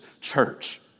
church